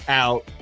out